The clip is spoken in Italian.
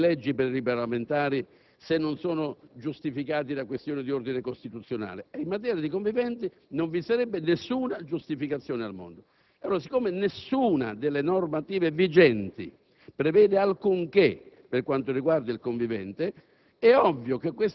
Perché l'opinione pubblica, diceva giustamente il collega Galli, non tollera i privilegi per i parlamentari, se non sono giustificati da questioni di ordine costituzionale, e in materia di conviventi non vi sarebbe alcuna ragione al mondo. Poiché allora nessuna delle normative vigenti